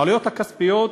העלויות הכספיות